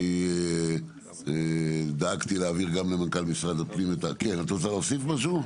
את רוצה להוסיף משהו?